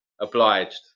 obliged